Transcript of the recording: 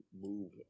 move